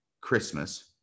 Christmas